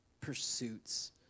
pursuits